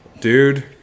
Dude